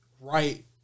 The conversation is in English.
right